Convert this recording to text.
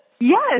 Yes